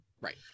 right